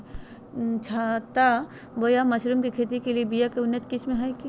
छत्ता बोया मशरूम के खेती के लिए बिया के उन्नत किस्म की हैं?